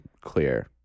clear